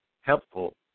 helpful